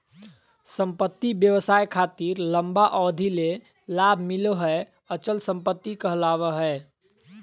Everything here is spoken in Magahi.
संपत्ति व्यवसाय खातिर लंबा अवधि ले लाभ मिलो हय अचल संपत्ति कहलावय हय